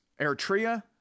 Eritrea